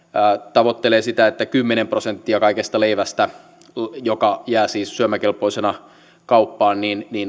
tavoittelee sitä että kymmenen prosenttia kaikesta leivästä joka jää siis syömäkelpoisena kauppaan